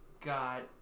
Got